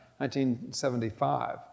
1975